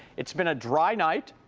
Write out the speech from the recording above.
it's been a dry night.